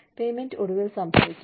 placement ഒടുവിൽ സംഭവിക്കും